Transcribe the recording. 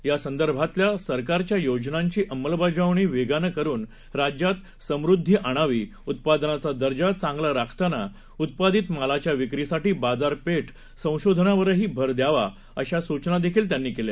यासंदर्भातल्यासरकारच्यायोजनांचीअंमलबजावणीवेगानंकरूनराज्यातसमृद्धीआणावी उत्पादनाचादर्जाचांगलाराखतानाउत्पादीतमालाच्याविक्रीसाठीबाजारपेठसंशोधनावरहीभरद्यावा अशासूचनाहीमुख्यमंत्र्यांनीयावेळीकेल्या